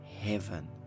heaven